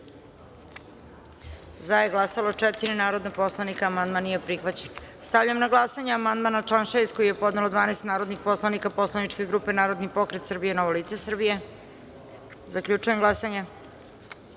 za – četiri narodna poslanika. Amandman nije prihvaćen. Stavljam na glasanje amandman na član 9. koji je podnelo 12 narodnih poslanika poslaničke grupe Narodni pokret Srbije i Novo lice Srbije. Zaključujem glasanje: